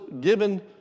given